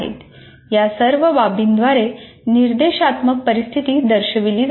या सर्व बाबींद्वारे निर्देशात्मक परिस्थिती दर्शविली जाते